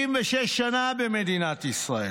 76 שנה במדינת ישראל,